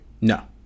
No